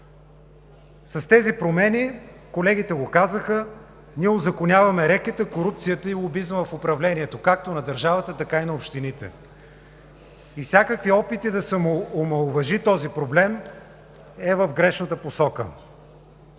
С тези промени, колегите го казаха, ние узаконяваме рекета, корупцията и лобизма в управлението както на държавата, така и на общините. И всякакви опити да се омаловажи този проблем е в грешната посока.